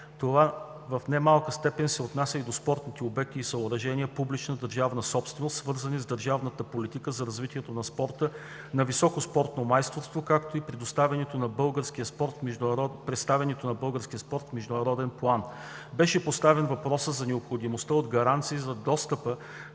Това в немалка степен се отнася и за спортните обекти и съоръжения – публична държавна собственост, свързани с държавната политика за развитие на спорта за високо спорно майсторство, както и представянето на българския спорт в международен план. Беше поставен въпросът за необходимостта от гаранции за достъпа